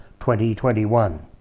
2021